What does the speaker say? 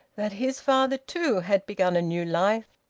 that his father too had begun a new life,